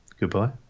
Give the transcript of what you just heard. Goodbye